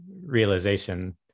realization